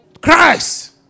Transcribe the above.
Christ